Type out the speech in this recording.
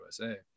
USA